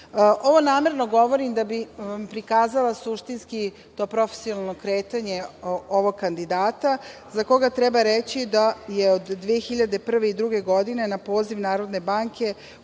namerno govorim da bih vam prikazala suštinski, profesionalno kretanje ovog kandidata, za koga treba reći da je od 2001. i 2002. godine, na poziv Narodne banke,